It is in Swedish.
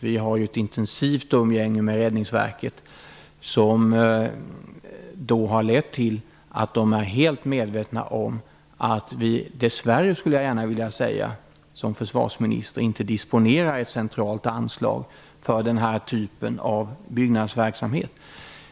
Vi har ett intensivt umgänge med Räddningsverket, vil ket har lett till att man på Räddningsverket är helt medveten om att jag som försvarsminister dess värre inte disponerar över ett centralt anslag för den här typen av byggnadsverksamhet.